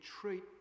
treat